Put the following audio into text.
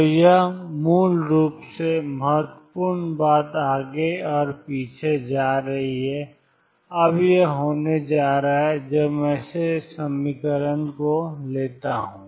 तो यह मूल रूप से महत्वपूर्ण बात आगे और पीछे जा रही है अब यह होने जा रहा है कि जब मैं इस समीकरण को लेता हूं